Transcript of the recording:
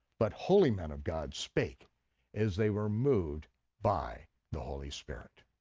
but holy men of god spake as they were moved by the holy spirit.